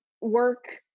work